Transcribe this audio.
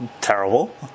terrible